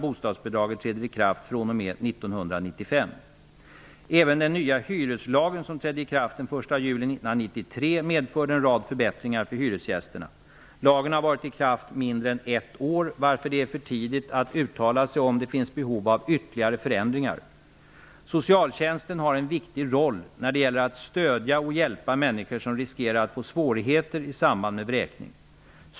juli 1993, medförde en rad förbättringar för hyresgästerna. Lagen har varit i kraft mindre än ett år, varför det är för tidigt att uttala sig i frågan om det finns behov av ytterligare förändringar. Socialtjänsten har en viktig roll när det gäller att stödja och hjälpa människor som riskerar att få svårigheter i samband med vräkning.